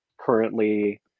currently